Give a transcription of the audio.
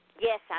Yes